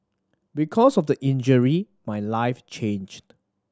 because of the injury my life changed